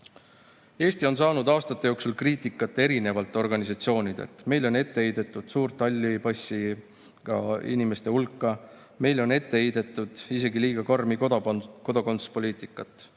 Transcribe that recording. Eesti on saanud aastate jooksul kriitikat erinevatelt organisatsioonidelt. Meile on ette heidetud suurt halli passiga inimeste hulka, meile on ette heidetud isegi liiga karmi kodakondsuspoliitikat.